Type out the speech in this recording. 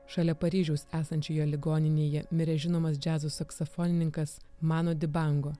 šalia paryžiaus esančioje ligoninėje mirė žinomas džiazo saksofonininkas mano dibango